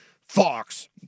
Fox